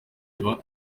biba